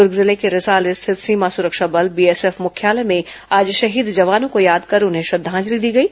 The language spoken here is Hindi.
दुर्ग जिले के रिसाली स्थित सीमा सुरक्षा बल बीएसएफ मुख्यालय में आज शहीद जवानों को याद कर उन्हें श्रद्वांजलि दी गई